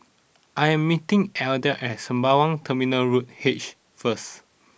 I am meeting Edla at Sembawang Terminal Road H first